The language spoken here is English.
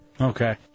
okay